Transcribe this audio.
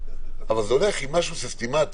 אבל זה הולך עם משהו סיסטמתי,